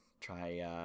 try